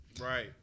right